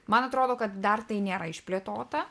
man atrodo kad dar tai nėra išplėtota